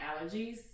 allergies